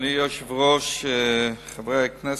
אדוני היושב-ראש, חברי הכנסת,